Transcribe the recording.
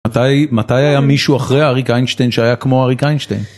מתי היה מישהו אחרי אריק איינשטיין שהיה כמו אריק איינשטיין?